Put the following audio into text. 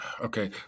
okay